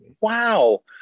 wow